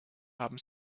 haben